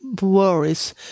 worries